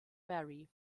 berry